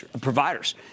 providers